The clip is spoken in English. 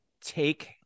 take